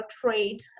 trade